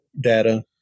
data